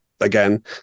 Again